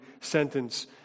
sentence